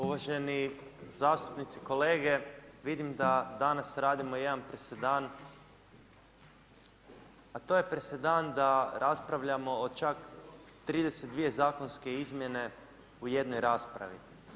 Uvaženi zastupnici kolege, vidim da danas radimo jedan presedan, a to je presedan da raspravljamo o čak 32 zakonske izmjene u jednoj raspravi.